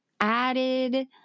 added